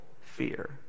fear